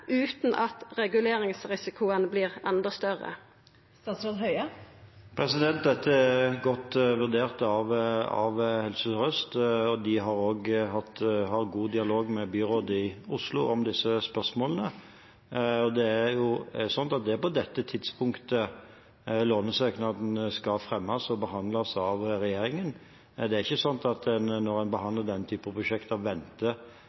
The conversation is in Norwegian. at reguleringsrisikoen vert enda større? Dette er godt vurdert av Helse Sør-Øst, og de har også god dialog med byrådet i Oslo om disse spørsmålene. Det er på dette tidspunktet lånesøknaden skal fremmes og behandles av regjeringen, men det er ikke slik når en behandler denne typen prosjekter, at en venter